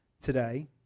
today